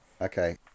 Okay